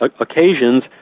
occasions